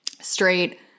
straight